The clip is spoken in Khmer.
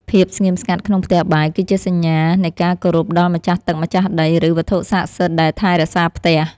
ភាពស្ងៀមស្ងាត់ក្នុងផ្ទះបាយគឺជាសញ្ញានៃការគោរពដល់ម្ចាស់ទឹកម្ចាស់ដីឬ វត្ថុស័ក្តិសិទ្ធិដែលថែរក្សាផ្ទះ។